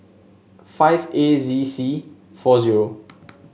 five A Z C four zero